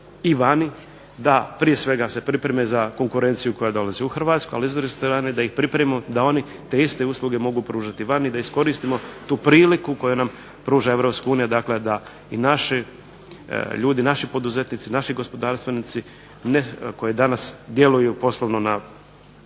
i vani da prije svega se pripreme za konkurenciju koja dolazi u Hrvatsku, ali s druge strane da ih pripremimo da oni te iste usluge mogu pružati vani, da iskoristimo tu priliku koju nam pruža Europska unija dakle da i naši ljudi, naši poduzetnici, naši gospodarstvenici koji danas djeluju poslovno na